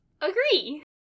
Agree